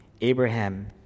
Abraham